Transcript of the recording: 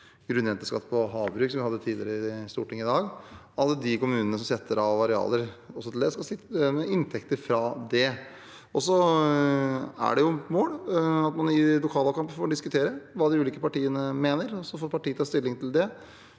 grunnrenteskatt på havbruk, som vi hadde tidligere i Stortinget i dag, er vi opptatt av at de kommunene som setter av arealer til det, også skal sitte igjen med inntekter fra det. Det er et mål at man i lokalvalgkampen får diskutere hva de ulike partiene mener, og så får partiet ta stilling til det.